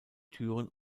türen